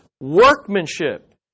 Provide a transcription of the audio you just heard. workmanship